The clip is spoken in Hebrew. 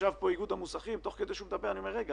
ישב פה נציג איגוד המוסכים ותוך כדי שהוא דיבר חשבתי: רגע,